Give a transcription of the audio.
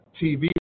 TV